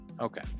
Okay